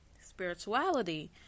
Spirituality